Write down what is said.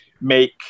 make